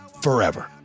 forever